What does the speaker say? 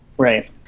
Right